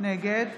נגד